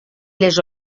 les